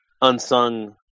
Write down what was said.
unsung